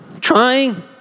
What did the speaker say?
trying